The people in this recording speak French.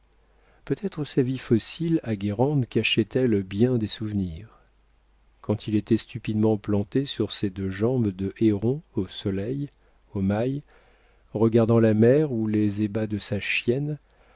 peut-être sa vie fossile à guérande cachait elle bien des souvenirs quand il était stupidement planté sur ses deux jambes de héron au soleil au mail regardant la mer ou les ébats de sa chienne